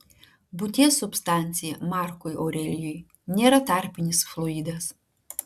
būties substancija markui aurelijui nėra tarpinis fluidas